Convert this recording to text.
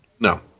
No